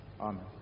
Amen